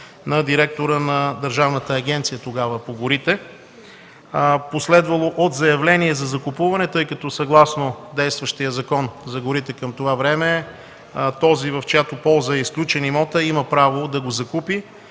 на директора на Държавната агенция тогава по горите. Последвало е заявление за закупуване, тъй като съгласно действащия Закон за горите към това време този, в чиято полза е изключен имотът, има право да го закупи.